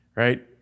Right